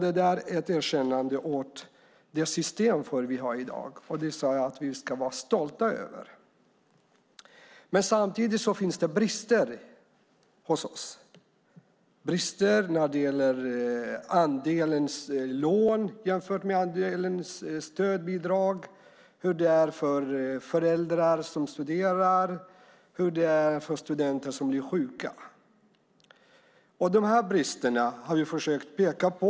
Det är ett erkännande för det system som vi i dag har. Jag sade att vi ska vara stolta över det. Men samtidigt finns det brister hos oss. Det finns brister när det gäller andelen lån jämfört med andelen stöd/bidrag och när det gäller hur det är för föräldrar som studerar och för studenter som blir sjuka. Dessa brister har vi försökt peka på.